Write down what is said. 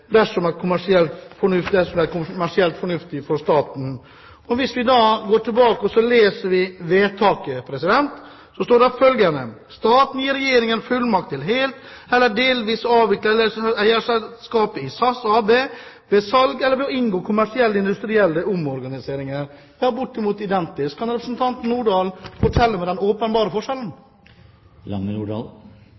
det er kommersielt fornuftig for staten.» Hvis vi går tilbake og leser forslaget, står det følgende: «Stortinget gir regjeringen fullmakt til helt eller delvis å avvikle eierskapet i SAS AB ved salg eller ved å inngå i kommersielle, industrielle omorganiseringer.» Det er bortimot identisk. Kan representanten Nordahl fortelle hvor den åpenbare forskjellen